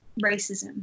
racism